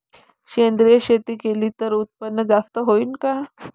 सेंद्रिय शेती केली त उत्पन्न जास्त होईन का?